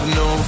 no